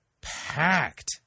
packed